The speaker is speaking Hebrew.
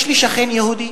יש לי שכן יהודי,